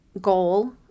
goal